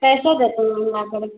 कैसे देते हैं अंडा करी